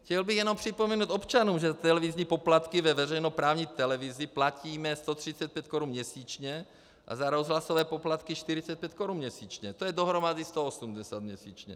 Chtěl bych jenom připomenout občanům, že za televizní poplatky ve veřejnoprávní televizi platíme 135 korun měsíčně a za rozhlasové poplatky 45 korun měsíčně, to je dohromady 180 měsíčně.